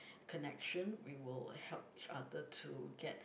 connection we will help each other to get